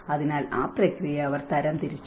അതിനാൽ ആ പ്രക്രിയ അവർ തരംതിരിച്ചു